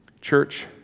church